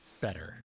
better